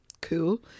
cool